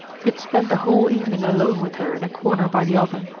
he had spent the whole evening alone with her in a corner by the oven.